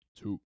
two